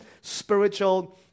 spiritual